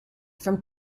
from